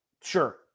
Sure